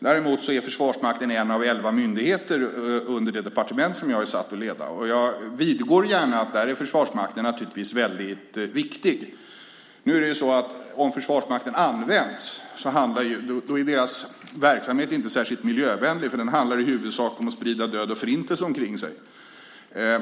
Däremot är Försvarsmakten en av elva myndigheter under det departement som jag är satt att leda. Jag vidgår gärna att Försvarsmakten naturligtvis är väldigt viktig. Om vår försvarsmakt används är verksamheten inte särskilt miljövänlig, för den handlar i huvudsak om att sprida död och förintelse omkring sig.